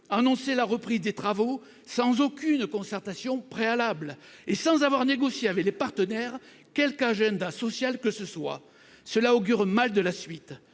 annoncer la reprise des travaux sans aucune concertation préalable et sans avoir négocié avec les partenaires quelque agenda social que ce soit ? Cela augure mal de la suite